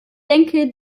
denke